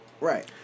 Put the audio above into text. Right